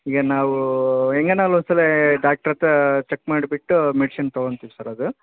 ಈಗ ನಾವು ಹೆಂಗೆನ ಅಲ್ಲೊಂದು ಸಲ ಡಾಕ್ಟ್ರ್ ಹತ್ರ ಚೆಕ್ ಮಾಡಿಬಿಟ್ಟು ಮೆಡಿಷನ್ ತಗೋಂತಿವಿ ಸರ್ ಅದು